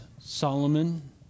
Solomon